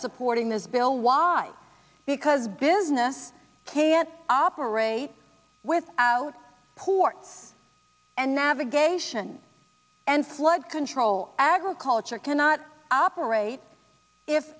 supporting this bill why because business can't operate without poor and navigation and flood control agriculture cannot operate if